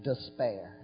Despair